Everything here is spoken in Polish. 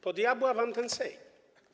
Po diabła wam ten Sejm?